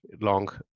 long